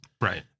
right